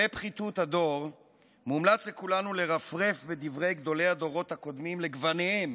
ופחיתות הדור מומלץ לכולנו לרפרף בדברי גדולי הדורות הקודמים לגווניהם,